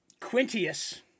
Quintius